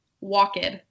walked